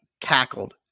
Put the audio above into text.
cackled